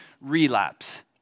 relapse